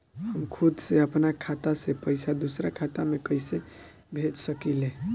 हम खुद से अपना खाता से पइसा दूसरा खाता में कइसे भेज सकी ले?